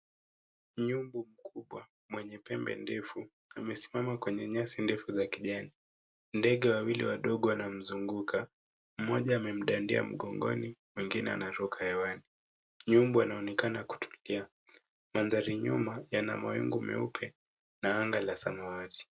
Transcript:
Nyumbu mkubwa mwenye pembe ndefu amesimama kwenye nyasi ndefu za kijani. Ndege wawili wadogo wanamzunguka. Mmoja amemdandia mgongoni, mwingine anaruka hewani. Nyumbu anaonekana kutulia . Mandhari nyuma yana mawingu meupe na anga la samawati.